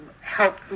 help